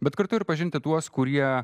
bet kartu ir pažinti tuos kurie